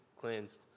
cleansed